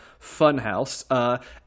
Funhouse